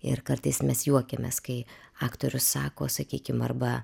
ir kartais mes juokiamės kai aktorius sako sakykim arba